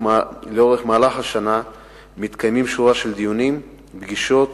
במהלך השנה מתקיימת שורה של דיונים, פגישות